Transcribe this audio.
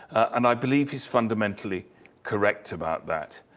and i believe he's fundamentally correct about that.